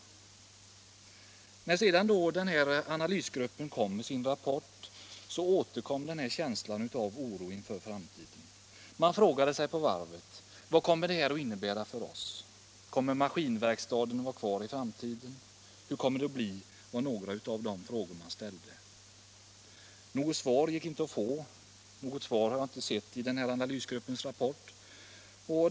När analysgruppen kom med sin rapport, återkom känslan av oro inför framtiden. Då frågade sig många vid varvet: Vad kommer detta att innebära för oss? Kommer maskinverkstaden att vara kvar i framtiden? Hur kommer det att bli? Det var några av de frågor man ställde, men något svar gick inte att få. Något svar har jag inte sett i analysgruppens rapport.